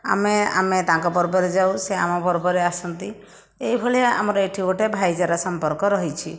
ଆମେ ଆମେ ତାଙ୍କ ପର୍ବରେ ଯାଉ ସେ ଆମ ପର୍ବରେ ଆସନ୍ତି ଏହିଭଳିଆ ଆମର ଏଠି ଗୋଟିଏ ଭାଇଚାରା ସମ୍ପର୍କ ରହିଛି